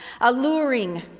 alluring